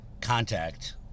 Contact